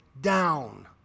down